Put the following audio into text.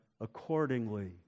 accordingly